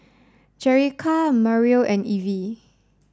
Jerica Mariel and Evie